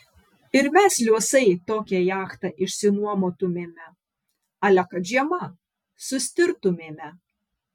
ir mes liuosai tokią jachtą išsinuomotumėme ale kad žiema sustirtumėme